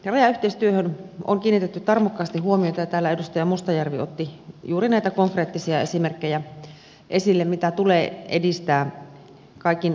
rajayhteistyöhön on kiinnitetty tarmokkaasti huomiota ja täällä edustaja mustajärvi otti juuri esille konkreettisia esimerkkejä näistä mitä tulee edistää kaikin keinoin